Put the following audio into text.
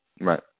Right